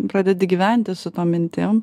pradedi gyventi su tom mintim